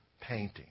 painting